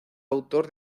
autor